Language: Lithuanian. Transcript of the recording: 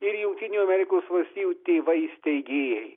ir jungtinių amerikos valstijų tėvai steigėjai